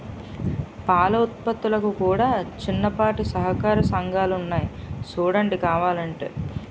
పాల ఉత్పత్తులకు కూడా చిన్నపాటి సహకార సంఘాలున్నాయి సూడండి కావలంటే